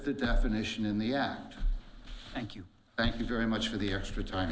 the definition in the act thank you thank you very much for the extra time